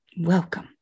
welcome